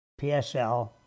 PSL